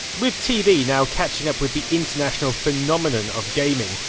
with tv now catching up with the international phenomenon of gaming,